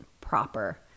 proper